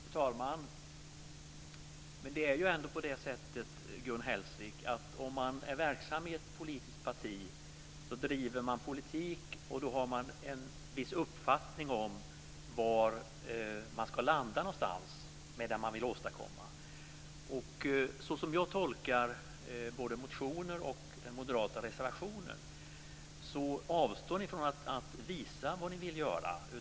Fru talman! Men det är ju ändå på det sättet, Gun Hellsvik, att om man är verksam i ett politiskt parti så driver man politik och då har man en viss uppfattning om var man ska landa med det man vill åstadkomma. Så som jag tolkar både motioner och den moderata reservationen avstår ni från att visa vad ni vill göra.